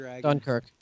Dunkirk